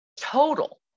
total